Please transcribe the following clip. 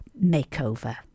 makeover